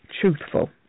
truthful